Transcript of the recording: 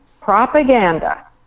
propaganda